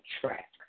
track